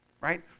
right